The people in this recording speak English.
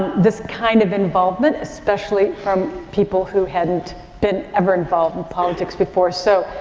this kind of involvement especially from people who hadn't been ever involved in politics before. so,